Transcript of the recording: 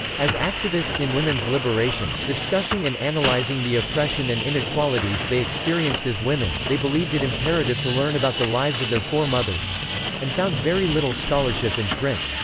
as activists in women's liberation, discussing and analyzing the oppression and inequalities they experienced as women, they believed it imperative to learn about the lives of their fore mothers and found very little scholarship in print.